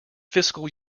fiscal